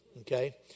okay